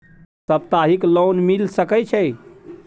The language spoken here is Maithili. सप्ताहिक लोन मिल सके छै?